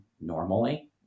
normally